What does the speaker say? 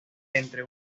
entre